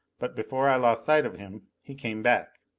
but before i lost sight of him, he came back.